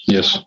Yes